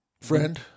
Friend